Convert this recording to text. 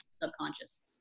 subconscious